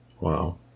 Wow